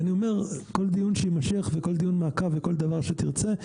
כל דיון שיימשך וכל דיון מעקב וכל דבר שתרצה,